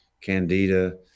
Candida